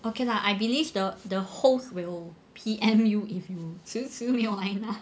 okay lah I believe the the hosts will P_M you if you 迟迟没有来拿